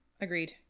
Agreed